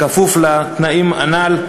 כפוף לתנאים הנ"ל,